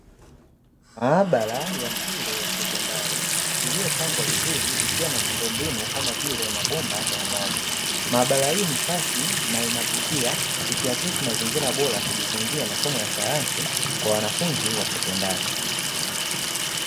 Maabara ya shule ya sekondari iliyopangwa vizuri ikiwa na miundombinu, kama vile mabomba ya maji; maabara hii ni safi na inavutia ikiakisi mazingira bora ya kujifunzia masomo ya sayansi kwa wanafunzi wa sekondari.